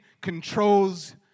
controls